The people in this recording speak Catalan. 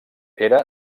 era